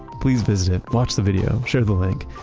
please visit. watch the video. share the link.